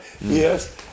yes